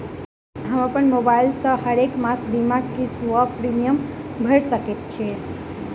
हम अप्पन मोबाइल सँ हरेक मास बीमाक किस्त वा प्रिमियम भैर सकैत छी?